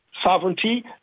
sovereignty